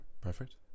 perfect